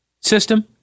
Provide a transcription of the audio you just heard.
system